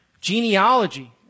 genealogy